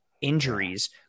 injuries